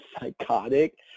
psychotic